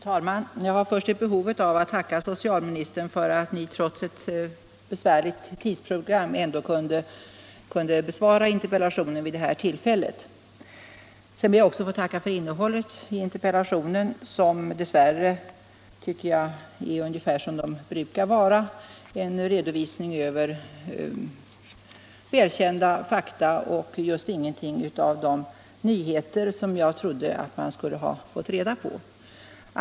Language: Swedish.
Fru talman! Jag har först ett behov av att tacka socialministern för att ni, trots ett besvärligt tidsprogram, ändå kunde besvara interpellationen vid det här tillfället. Sedan ber jag också att få tacka för innehållet i interpellationssvaret, som dess värre är ungefär som svaren brukar vara, nämligen en redovisning över välkända fakta och just ingenting om de nyheter jag trodde man skulle ha fått reda på.